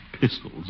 Pistols